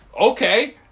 Okay